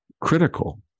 critical